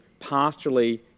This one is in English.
pastorally